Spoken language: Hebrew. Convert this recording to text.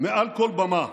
מעל כל במה.